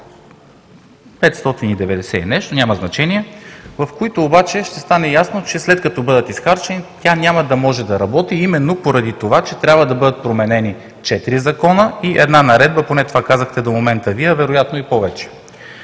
590 и нещо – няма значение. Обаче ще стане ясно, че след като бъдат изхарчени, тя няма да може да работи именно поради това, че трябва да бъдат променени четири закона и една наредба. Поне това казахте до момента Вие, а вероятно и повече.